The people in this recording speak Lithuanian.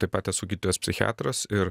taip pat esu gydytojas psichiatras ir